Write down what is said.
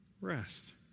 Rest